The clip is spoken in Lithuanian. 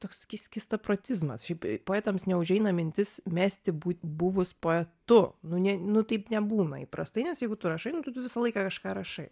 toks skys skystaprotizmas šiaip poetams neužeina mintis mesti būt buvus poetu nu ne nu taip nebūna įprastai nes jeigu tu rašai nu tu visą laiką kažką rašai